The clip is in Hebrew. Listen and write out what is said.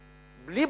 בינוי,